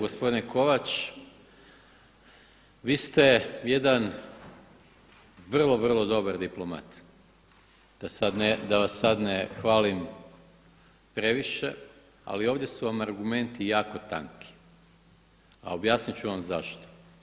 Gospodine Kovač, vi ste jedan vrlo, vrlo dobar diplomat, da vas sada ne hvalim previše, ali ovdje su vam argumenti jako tanki, a objasnit ću vam zašto.